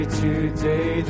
today